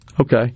Okay